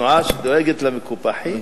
תנועה שדואגת למקופחים,